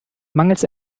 mangels